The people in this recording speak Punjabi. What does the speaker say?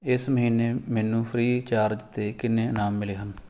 ਇਸ ਮਹੀਨੇ ਮੈਨੂੰ ਫ੍ਰੀਚਾਰਜ 'ਤੇ ਕਿੰਨੇ ਇਨਾਮ ਮਿਲੇ ਹਨ